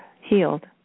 healed